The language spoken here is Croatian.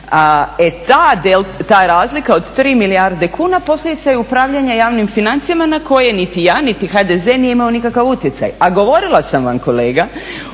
ta razlika od 3 milijarde kuna posljedica je upravljanja javnim financijama na koje niti ja, niti HDZ nije imao nikakav utjecaj. A govorila sam vam, kolega,